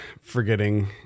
forgetting